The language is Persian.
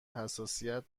حساسیت